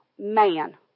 Man